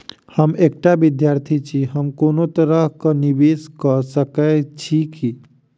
हम एकटा विधार्थी छी, हम कोनो तरह कऽ निवेश कऽ सकय छी की?